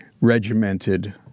regimented